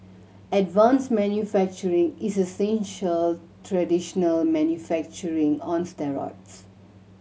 advanced manufacturing is essential traditional manufacturing on steroids